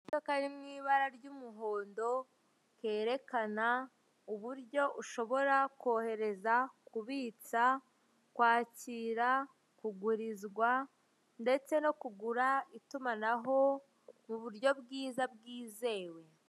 Imodoka iri mw'ibara ry'umuhondo ryerekana uburyo ushobora kohereza, ubitsa, kwakira, kugurizwa ndetse no kugura itumanaho k'uburyo bwiza bwizewe.